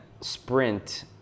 Sprint